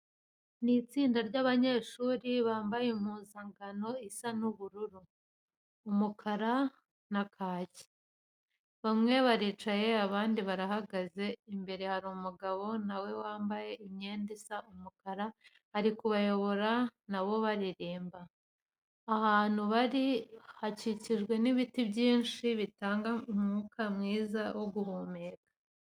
Ni itsinda ry'abanyeshuri bambaye impuzankano isa ubururu, umukara na kake. Bamwe baricaye abandi barahagaze, imbere hari umugabo na we wambaye imyenda isa umukara uri kubayobora na bo baririmba. Ahantu bari hakikijwe n'ibiti byinshi bitanga umwuka mwiza wo guhumeka.